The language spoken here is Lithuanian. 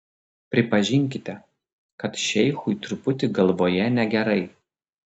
pripažinkite kad šeichui truputį galvoje negerai